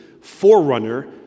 forerunner